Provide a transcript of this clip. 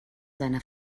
seiner